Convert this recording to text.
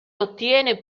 ottiene